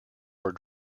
were